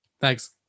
thanks